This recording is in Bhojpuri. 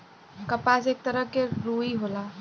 कपास एक तरह के रुई होला